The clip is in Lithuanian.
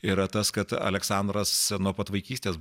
yra tas kad aleksandras nuo pat vaikystės